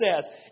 says